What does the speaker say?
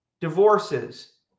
divorces